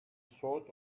sought